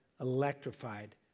electrified